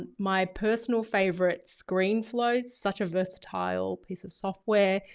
and my personal favourite screenflow such a versatile piece of software.